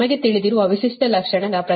ನಮಗೆ ತಿಳಿದಿರುವ ವಿಶಿಷ್ಟ ಲಕ್ಷಣದ ಪ್ರತಿರೋಧ